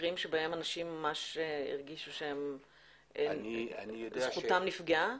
מקרים בהם אנשים ממש הרגישו שזכותם נפגעה?